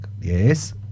Yes